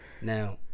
Now